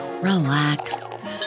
relax